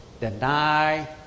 deny